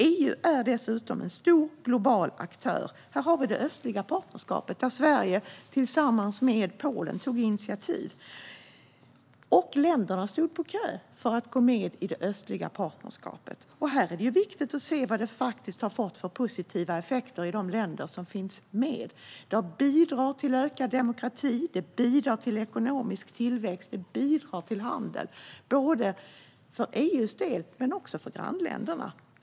EU är därutöver en stor global aktör. Vi har det östliga partnerskapet, till vilket Sverige tillsammans med Polen tog initiativ. Länder stod på kö för att gå med i det östliga partnerskapet. Det är viktigt att se vilka positiva effekter detta har fått i de länder som finns med. Det har bidragit till ökad demokrati, ekonomisk tillväxt och handel, både för EU:s del och för grannländerna.